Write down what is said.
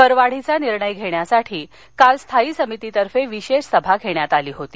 करवाढीचा निर्णय घेण्यासाठी काल स्थायी समितीतर्फे विशेष सभा घेण्यात आली होती